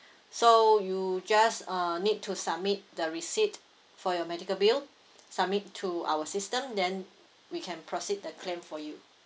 so you just uh need to submit the receipt for your medical bill submit to our system then we can proceed the claim for you